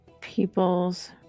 People's